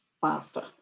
faster